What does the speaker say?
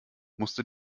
musste